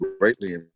greatly